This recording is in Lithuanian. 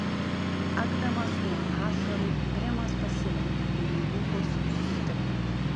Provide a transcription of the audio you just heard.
akdamas nuo ašarų brimas pasilenkė ir jų lūpos susitiko